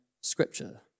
Scripture